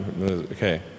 okay